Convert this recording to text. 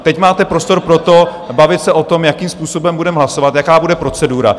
Teď máte prostor pro to, bavit se o tom, jakým způsobem budeme hlasovat, jaká bude procedura.